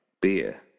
beer